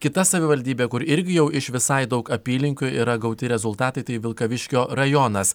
kita savivaldybė kur irgi jau iš visai daug apylinkių yra gauti rezultatai tai vilkaviškio rajonas